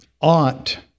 ought